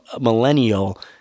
millennial